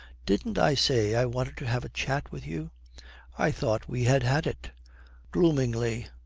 didn't i say i wanted to have a chat with you i thought we had had it gloomingly,